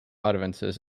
utterances